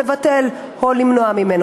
לבטל או למנוע ממנו.